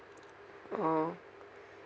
orh